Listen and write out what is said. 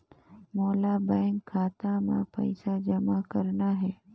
मोला बैंक खाता मां पइसा जमा करना हे?